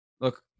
look